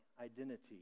identity